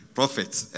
prophets